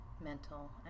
mental